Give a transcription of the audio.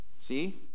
see